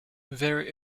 very